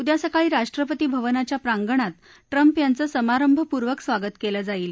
उद्या सकाळी राष्ट्रपती भवनाच्या प्रांगणात ट्रम्प यांचं समारंभपूर्वक स्वागत केलं जाईल